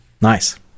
Nice